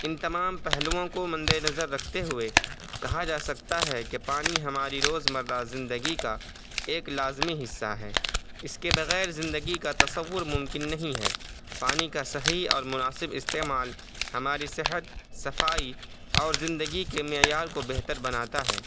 ان تمام پہلوؤں کو مد نظر رکھتے ہوئے کہا جا سکتا ہے کہ پانی ہماری روزمرہ زندگی کا ایک لازمی حصہ ہے اس کے بغیر زندگی کا تصور ممکن نہیں ہے پانی کا صحیح اور مناسب استعمال ہماری صحت صفائی اور زندگی کے معیار کو بہتر بناتا ہے